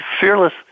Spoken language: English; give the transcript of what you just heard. fearless